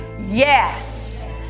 Yes